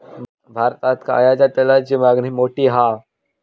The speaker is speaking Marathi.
भारतात खायच्या तेलाची मागणी मोठी हा